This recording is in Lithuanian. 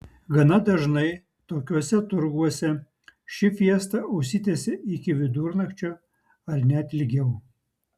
gana dažnai tokiuose turguose ši fiesta užsitęsia iki vidurnakčio ar net ilgiau